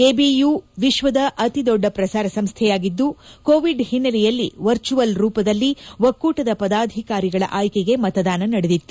ABU ವಿಶ್ವದ ಅತಿದೊದ್ದ ಪ್ರಸಾರ ಸಂಸ್ತೆಯಾಗಿದ್ದು ಕೋವಿಡ್ ಹಿನ್ನೆಲೆಯಲ್ಲಿ ವರ್ಚುವಲ್ ರೂಪದಲ್ಲಿ ಒಕ್ಕೂಟದ ಪದಾಧಿಕಾರಿಗಳ ಆಯ್ಕೆಗೆ ಮತದಾನ ನಡೆದಿತ್ತು